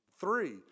Three